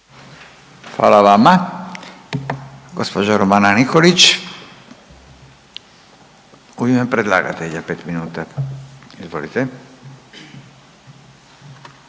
Hvala vama. Gospođa Romana Nikolić u ime predlagatelja pet minuta. Izvolite.